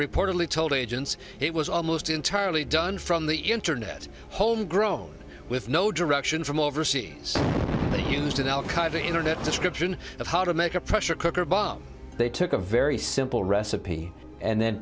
reportedly told agents it was almost entirely done from the internet homegrown with no direction from overseas that used an al qaeda internet description of how to make a pressure cooker bomb they took a very simple recipe and then